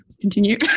continue